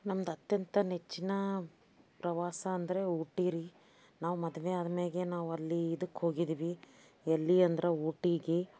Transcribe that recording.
ನಮ್ದು ಅತ್ಯಂತ ನೆಚ್ಚಿನ ಪ್ರವಾಸ ಅಂದರೆ ಊಟಿ ರಿ ನಾವು ಮದುವೆ ಆದಮ್ಯಾಗೆ ನಾವು ಅಲ್ಲಿ ಇದಕ್ಕೆ ಹೋಗಿದ್ವಿ ಎಲ್ಲಿ ಅಂದ್ರೆ ಊಟಿಗೆ